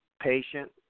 patient